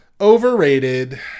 Overrated